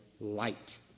light